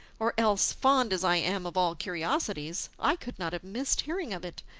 or else, fond as i am of all curiosities, i could not have missed hearing of it!